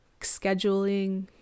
scheduling